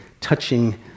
touching